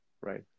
right